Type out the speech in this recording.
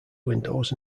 windows